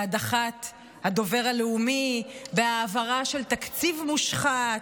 בהדחת הדובר הלאומי, בהעברה של תקציב מושחת,